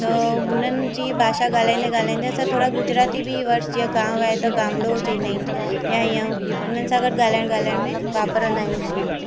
त हुननि जी भाषा ॻाल्हाईंदे ॻाल्हाईंदे असां थोरा गुजराती बि वर्डसि जीअं गांव आहे त गामड़ो चवंदा आहिनि या ईअं उन्हनि सां गॾु ॻाल्हाइण ॻाल्हाइण में वापरींदा आहियूं